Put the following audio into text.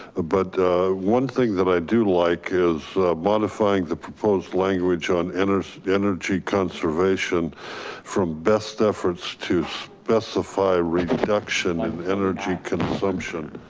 but one thing that i do like is modifying the proposed language on energy energy conservation from best efforts to specify reduction and in energy consumption.